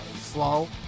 slow